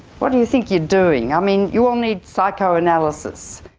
what do you think you're doing? i mean you will need psychoanalysis.